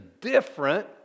different